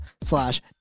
slash